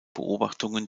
beobachtungen